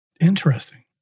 Interesting